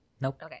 Nope